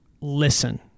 listen